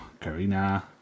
Karina